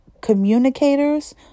communicators